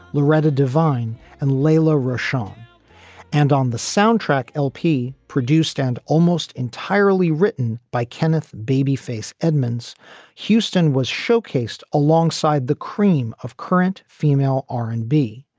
loretta devine and layla rashawn um and on the soundtrack lp produced and almost entirely written by kenneth babyface edmonds houston was showcased alongside the cream of current female r and b.